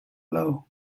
law